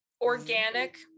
organic